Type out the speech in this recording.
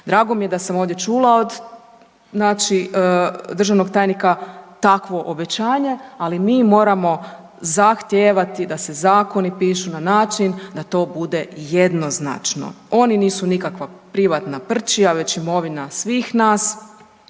Drago mi je da sam ovdje čula od znači državnog tajnika takvo obećanje, ali mi moramo zahtijevati da se zakoni pišu na način da to bude jednoznačno. Oni nisu nikakva privatna prčija već imovina svih nas